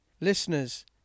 listeners